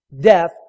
death